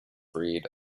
breed